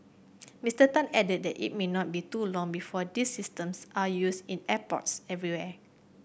Mister Tan added that it may not be too long before these systems are used in airports everywhere